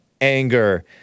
anger